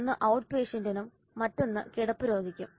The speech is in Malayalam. ഒന്ന് ഔട്ട്പേഷ്യന്റിനും മറ്റൊന്ന് കിടപ്പുരോഗിക്കും